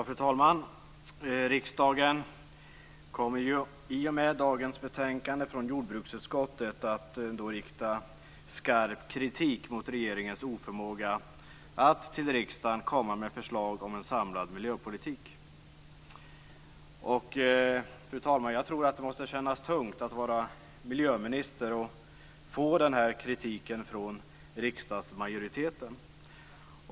Fru talman! Riksdagen kommer i och med dagens betänkande från jordbruksutskottet att rikta skarp kritik mot regeringens oförmåga att till riksdagen komma med förslag om en samlad miljöpolitik. Det måste kännas tungt att vara miljöminister och få den här kritiken från riksdagsmajoriteten.